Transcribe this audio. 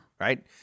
right